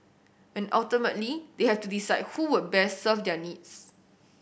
and ultimately they have to decide who would best serve their needs